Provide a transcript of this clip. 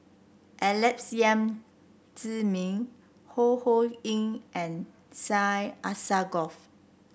Alex Yam Ziming Ho Ho Ying and Syed Alsagoff